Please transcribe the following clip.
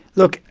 look,